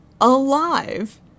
alive